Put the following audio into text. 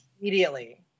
Immediately